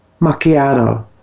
macchiato